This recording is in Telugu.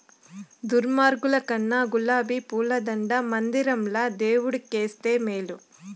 దుర్మార్గుల కన్నా గులాబీ పూల దండ మందిరంల దేవుడు కేస్తే మేలు